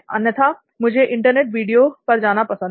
अन्यथा मुझे internet video पर जाना पसंद है